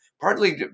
partly